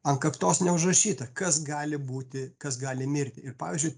ant kaktos neužrašyta kas gali būti kas gali mirti ir pavyzdžiui